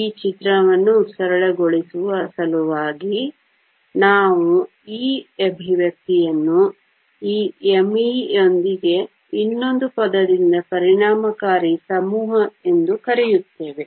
ಈ ಚಿತ್ರವನ್ನು ಸರಳಗೊಳಿಸುವ ಸಲುವಾಗಿ ನಾವು ಈ ಎಕ್ಸ್ಪ್ರೆಶನ್ ಅನ್ನು ಈ m e ಯೊಂದಿಗೆ ಇನ್ನೊಂದು ಪದದಿಂದ ಪರಿಣಾಮಕಾರಿ ಸಮೂಹ ಎಂದು ಕರೆಯುತ್ತೇವೆ